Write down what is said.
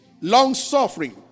long-suffering